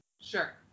Sure